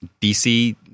DC